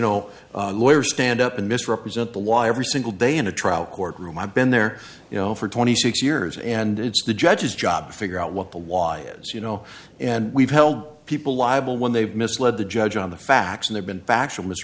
know lawyers stand up and misrepresent the water every single day in a trial court room i've been there you know for twenty six years and it's the judge's job to figure out what the law is you know and we've held people liable when they've misled the judge on the facts and they've been fact